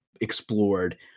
explored